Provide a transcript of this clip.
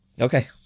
Okay